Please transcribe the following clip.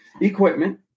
equipment